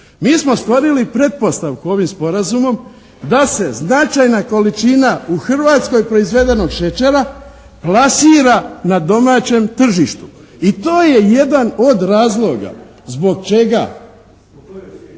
Mi smo stvorili pretpostavku ovim sporazumom da se značajna količina u Hrvatskoj proizvedenog šećera plasira na domaćem tržištu i to je jedan od razloga zbog čega. …/Upadica